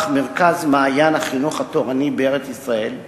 מרכז "מעיין החינוך התורני בארץ-ישראל"